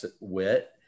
wit